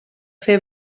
fer